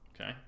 Okay